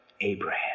Abraham